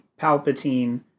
Palpatine